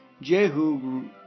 Jehu